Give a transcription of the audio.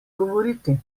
govoriti